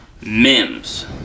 Mims